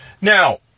Now